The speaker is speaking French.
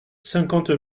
cinquante